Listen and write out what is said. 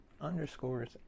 underscores